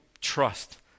trust